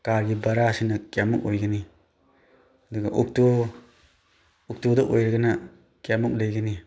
ꯀꯥꯔꯒꯤ ꯕꯔꯥꯁꯤꯅ ꯀꯌꯥꯃꯨꯛ ꯑꯣꯏꯒꯅꯤ ꯑꯗꯨꯒ ꯑꯣꯛꯇꯣ ꯑꯣꯛꯇꯣꯗ ꯑꯣꯏꯔꯒꯅ ꯀꯌꯥꯃꯨꯛ ꯂꯩꯒꯅꯤ